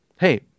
hey